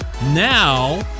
Now